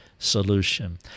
Solution